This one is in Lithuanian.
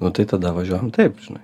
nu tai tada važiuojam taip žinai